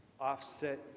offset